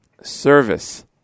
service